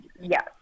Yes